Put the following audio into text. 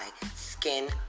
Skin